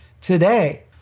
today